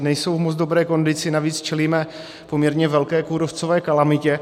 Nejsou v moc dobré kondici, navíc čelíme poměrně velké kůrovcové kalamitě.